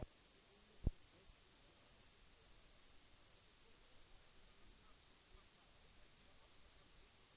omfattning förmått lösa sysselsättningsproblemen: Regeringen kommer därför att inom kort tillsätta en delegation med uppgift att skyndsamt initiera åtgärder som kan öka sysselsättningen i Norrbottens län.